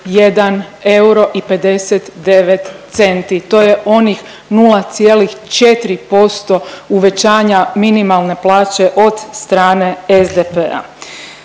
i 59 centi, to je onih 0,4% uvećanja minimalne plaće od strane SDP-a.